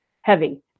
heavy